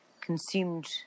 consumed